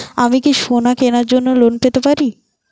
আমি কি সোনা কেনার জন্য লোন পেতে পারি?